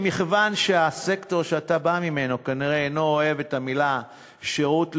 מכיוון שהסקטור שאתה בא ממנו כנראה אינו אוהב את המילה לאומי,